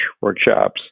workshops